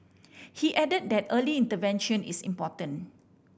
he added that early intervention is important